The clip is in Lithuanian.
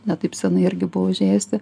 ne taip seniai irgi buvo užėjusi